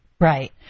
Right